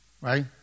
right